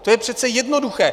To je přece jednoduché.